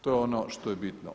To je ono što je bitno.